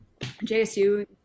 JSU